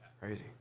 Crazy